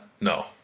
No